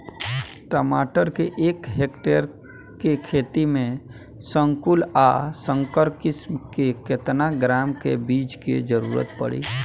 टमाटर के एक हेक्टेयर के खेती में संकुल आ संकर किश्म के केतना ग्राम के बीज के जरूरत पड़ी?